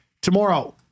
tomorrow